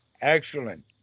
Excellent